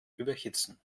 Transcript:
überhitzen